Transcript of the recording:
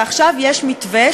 ועכשיו יש מתווה,